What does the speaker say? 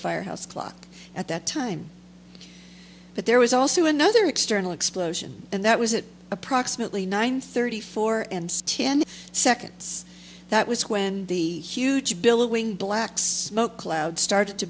firehouse clock at that time but there was also another external explosion and that was at approximately nine thirty four and ten seconds that was when the huge billowing black smoke cloud started to